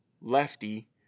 lefty